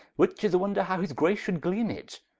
which is a wonder how his grace should gleane it,